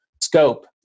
scope